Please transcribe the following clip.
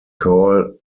call